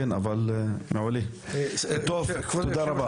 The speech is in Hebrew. כבוד היושב-ראש,